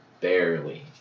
barely